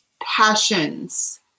passions